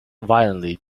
violently